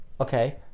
Okay